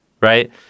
right